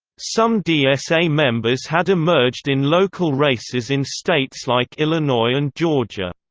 some dsa members had emerged in local races in states like illinois and georgia.